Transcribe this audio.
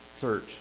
search